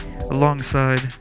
Alongside